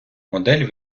модель